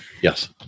Yes